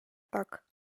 так